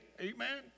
Amen